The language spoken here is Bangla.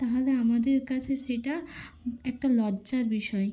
তাহলে আমাদের কাছে সেটা একটা লজ্জার বিষয়